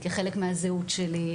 כחלק מהזהות שלי,